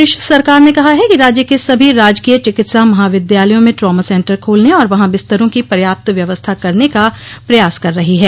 प्रदेश सरकार ने कहा है कि राज्य के सभी राजकीय चिकित्सा महाविद्यालयों में ट्रामा सेन्टर खोलने और वहां बिस्तरों की पर्याप्त व्यवस्था करने का प्रयास कर रही है